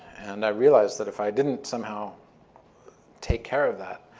and i realized that if i didn't somehow take care of that,